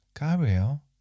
Gabriel